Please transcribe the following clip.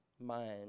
mind